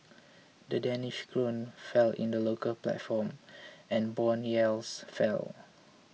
the Danish krone fell in the local platform and bond yields fell